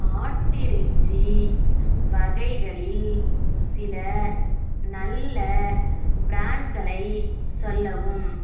ஆட்டிறைச்சி வகைகளில் சில நல்ல பிராண்ட்களை சொல்லவும்